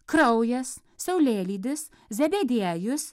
kraujas saulėlydis zebediejus